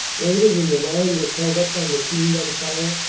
later, when the line was held up by machine-gun fire,